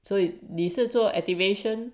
so 你是做 activation